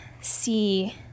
see